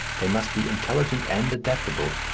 they must be intelligent and adaptable,